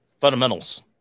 fundamentals